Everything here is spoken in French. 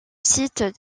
site